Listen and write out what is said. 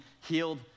healed